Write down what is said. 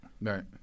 Right